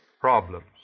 problems